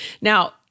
Now